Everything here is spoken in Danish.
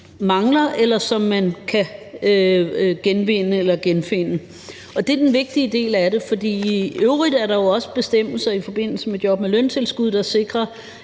mangler, eller som man kan genvinde eller genfinde. Det er den vigtige del af det. I øvrigt er der jo også bestemmelser i forbindelse med et job med løntilskud, der sikrer,